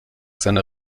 seiner